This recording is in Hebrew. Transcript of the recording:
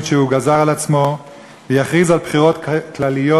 שהוא גזר על עצמו ויכריז על בחירות כלליות,